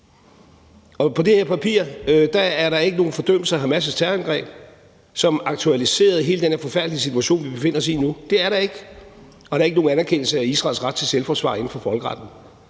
Og på det her papir er der ikke nogen fordømmelse af Hamas' terrorangreb, som aktualiserede hele den her forfærdelige situation, vi befinder os i nu – det er der ikke. Og der er ikke nogen anerkendelse af Israels ret til selvforsvar inden for folkeretten.